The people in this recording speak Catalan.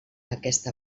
aquesta